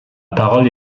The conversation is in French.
parole